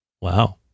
wow